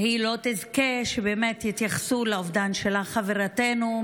היא לא תזכה שיתייחסו לאובדן שלה: חברתנו,